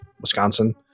Wisconsin